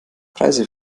preise